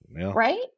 right